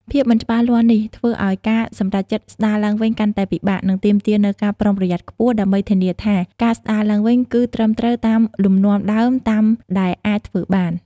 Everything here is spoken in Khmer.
ភាពមិនច្បាស់លាស់នេះ ធ្វើឱ្យការសម្រេចចិត្តស្ដារឡើងវិញកាន់តែពិបាក និងទាមទារនូវការប្រុងប្រយ័ត្នខ្ពស់ ដើម្បីធានាថាការស្ដារឡើងវិញគឺត្រឹមត្រូវតាមលំនាំដើមតាមដែលអាចធ្វើបាន។